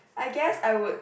I guess I would